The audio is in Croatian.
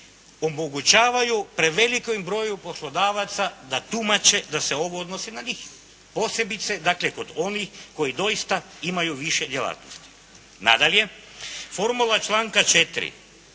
omogućavaju prevelikom broju poslodavaca da tumače da se ovo odnosi na njih. Posebice dakle, kod onih koji doista imaju više djelatnosti. Nadalje, formula članka 4.,